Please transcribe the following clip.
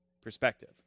perspective